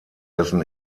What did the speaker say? dessen